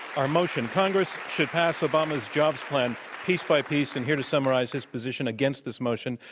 our motion, congress should pass obama's jobs plan piece by piece, and here to summarize his position against this motion,